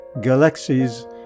galaxies